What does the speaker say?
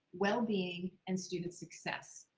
well-being and student success.